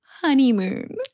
honeymoon